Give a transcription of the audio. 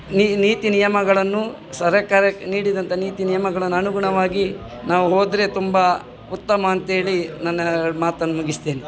ನೀ ನೀತಿ ನಿಯಮಗಳನ್ನು ಸರಕಾರ ನೀಡಿದಂತ ನೀತಿ ನಿಯಮಗಳನ್ನು ಅನುಗುಣವಾಗಿ ನಾವು ಹೋದರೆ ತುಂಬಾ ಉತ್ತಮ ಅಂತೇಳಿ ನನ್ನ ಎರಡು ಮಾತನ್ನು ಮುಗಿಸ್ತೇನೆ